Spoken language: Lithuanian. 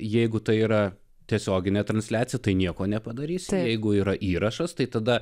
jeigu tai yra tiesioginė transliacija tai nieko nepadarysi jeigu yra įrašas tai tada